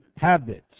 habits